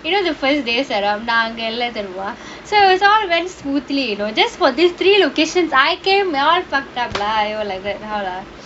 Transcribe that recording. you know the first days setup நான் அங்க இல்ல தெரியுமா:naan anga illa theriyumaa so it was all went smoothly you know just for these three locations I came real fucked up like that how lah